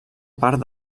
part